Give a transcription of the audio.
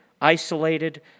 isolated